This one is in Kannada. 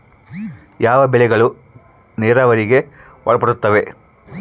ಯಾವ ಬೆಳೆಗಳು ನೇರಾವರಿಗೆ ಒಳಪಡುತ್ತವೆ?